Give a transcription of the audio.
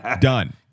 done